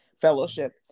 fellowship